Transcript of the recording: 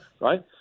Right